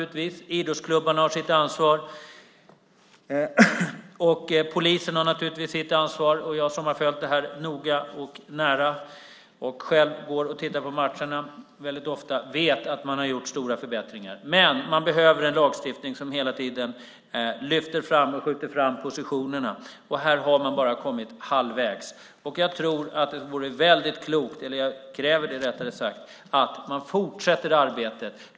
Idrottsklubbarna har sitt ansvar och polisen har naturligtvis sitt ansvar, och jag som har följt det här noga och nära och själv går och tittar på matcher väldigt ofta vet att det har gjorts stora förbättringar. Men det behövs en lagstiftning som hela tiden skjuter fram positionerna, och här har man bara kommit halvvägs. Jag tror att det är väldigt klokt, eller rättare sagt kräver jag att man fortsätter det här arbetet.